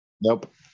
Nope